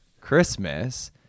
christmas